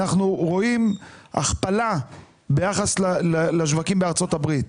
אנחנו רואים הכפלה ביחס לשווקים בארצות הברית.